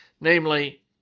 Namely